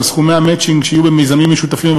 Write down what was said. סכומי המצ'ינג שיהיו במיזמים משותפים,